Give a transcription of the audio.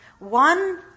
One